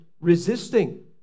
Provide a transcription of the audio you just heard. resisting